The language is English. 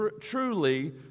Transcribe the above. truly